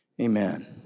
Amen